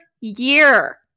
year